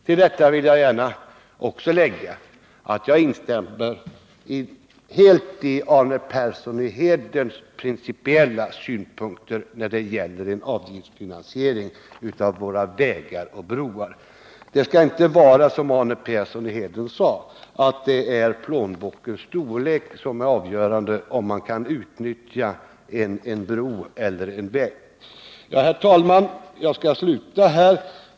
Till detta vill jag gärna lägga att jag helt instämmer i Arne Perssons principiella synpunkter på en avgiftsfinansiering av våra vägar och broar. Det skall, som Arne Persson framhöll, inte vara plånbokens storlek som är avgörande för om man kan utnyttja en bro eller en väg. i Herr talman! Jag skall sluta här.